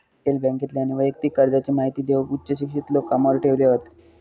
retail बॅन्केतल्यानी वैयक्तिक कर्जाची महिती देऊक उच्च शिक्षित लोक कामावर ठेवले हत